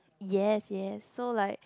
yes yes so like